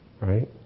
Right